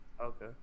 Okay